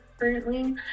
currently